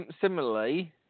Similarly